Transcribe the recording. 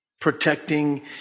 Protecting